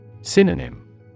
Synonym